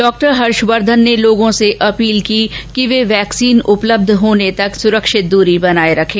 डॉ हर्षवर्धन ने लोगों से अपील की कि वे वैक्सीन उपलब्ध होने तक सुरक्षित दूरी बनाए रखें